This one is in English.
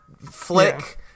flick